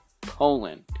Poland